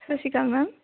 ਸਤਿ ਸ਼੍ਰੀ ਅਕਾਲ ਮੈਮ